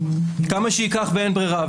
כמה שייקח ואין ברירה.